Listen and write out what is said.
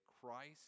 Christ